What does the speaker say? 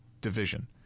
division